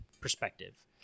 perspective